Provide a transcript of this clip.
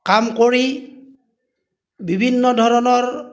কাম কৰি বিভিন্ন ধৰণৰ